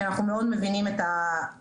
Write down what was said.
כי אנחנו מאוד מבינים את הדחיפות.